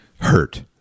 hurt